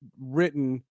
written